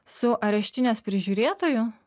su areštinės prižiūrėtoju